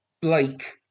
Blake